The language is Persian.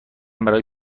برای